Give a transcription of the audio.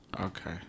okay